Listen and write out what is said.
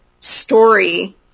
story